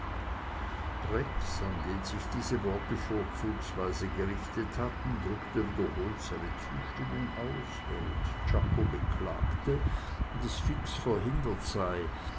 rex an den sich diese worte vorzugsweise gerichtet hatten drückte wiederholt seine zustimmung aus während czako beklagte daß fix verhindert sei